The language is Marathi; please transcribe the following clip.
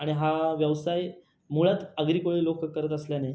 आणि हा व्यवसाय मुळात आगरी कोळी लोकं करत असल्याने